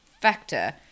factor